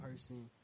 person